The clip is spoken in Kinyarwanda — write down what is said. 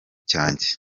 cyanjye